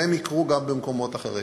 והם יקרו גם במקומות אחרים?